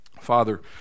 Father